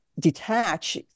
detach